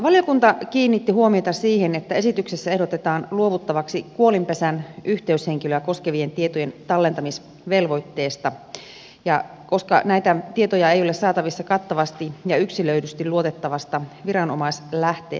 valiokunta kiinnitti huomiota siihen että esityksessä ehdotetaan luovuttavaksi kuolinpesän yhteyshenkilöä koskevien tietojen tallentamisvelvoitteesta koska näitä tietoja ei ole saatavissa kattavasti ja yksilöidysti luotettavasta viranomaislähteestä